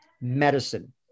Medicine